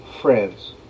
friends